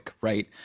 right